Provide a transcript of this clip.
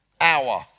hour